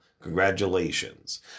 Congratulations